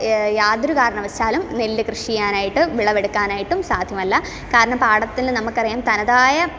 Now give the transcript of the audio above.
യാതൊരു കാരണവശാലും നെല്ല് കൃഷി ചെയ്യാനായിട്ട് വിളവെടുക്കാൻ ആയിട്ടും സാധ്യമല്ല കാരണം പാടത്തിൽ നമ്മുക്കറിയാം തനതായ